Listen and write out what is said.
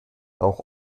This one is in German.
rauch